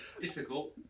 Difficult